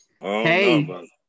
Hey